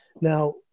Now